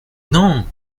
non